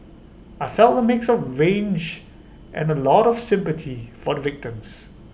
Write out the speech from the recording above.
I felt A mix of rage and A lot of sympathy for the victims